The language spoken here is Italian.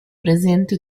presente